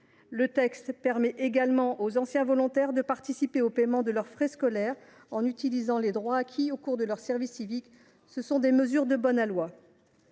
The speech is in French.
Le texte permet également aux anciens volontaires de participer au paiement de leurs frais scolaires en utilisant les droits acquis au cours de leur service civique. Ce sont des mesures pertinentes.